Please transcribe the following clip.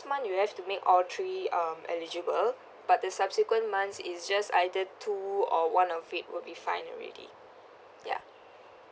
two months you have to make all three um eligible but the subsequent months it's just either two or one of it will be fine already ya